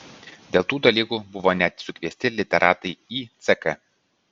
dėl tų dalykų buvo net sukviesti literatai į ck